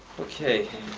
okay.